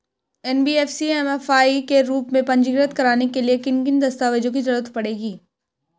NBFC MFI के रूप में पंजीकृत कराने के लिए किन किन दस्तावेजों की जरूरत पड़ेगी?